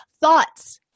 Thoughts